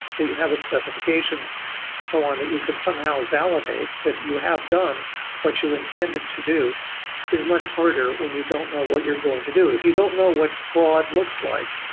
that you have a specification and so on that you can somehow validate that you have done what you intended to do is much harder when you don't know what you're going to do. if you don't know what fraud looks like,